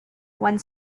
one